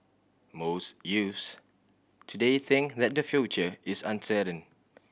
most youths today think that the future is uncertain